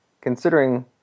considering